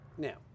Now